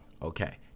Okay